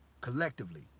Collectively